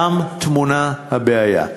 שם טמונה הבעיה.